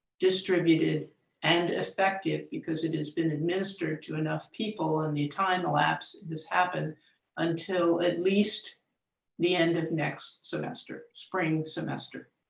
distributed and effective because it has been administered to enough people in the time lapse this happened until at least the end of next semester, spring semester.